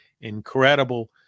incredible